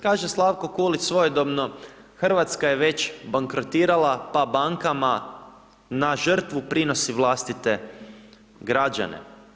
Kaže Slavko Kulić svojedobno, RH je već bankrotirala, pa bankama na žrtvu prinosi vlastite građane.